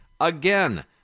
again